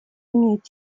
имеет